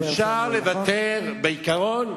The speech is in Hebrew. אפשר לבטל בעיקרון,